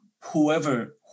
whoever